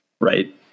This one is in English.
right